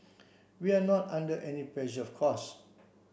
we are not under any pressure of course